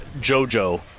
JoJo